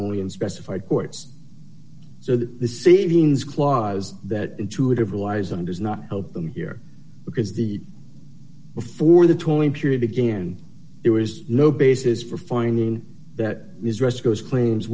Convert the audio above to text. fairly unspecified courts so that the seedings clause that intuitive relies on does not help them here because the before the tolling period began there was no basis for finding that ms rest goes claims